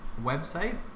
website